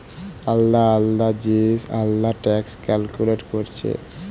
আলদা আলদা দেশ আলদা ট্যাক্স ক্যালকুলেট কোরছে